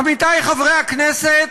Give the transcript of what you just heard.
עמיתי חברי הכנסת,